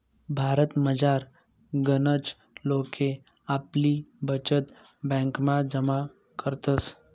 भारतमझार गनच लोके आपली बचत ब्यांकमा जमा करतस